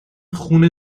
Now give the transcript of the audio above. خون